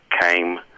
came